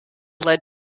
led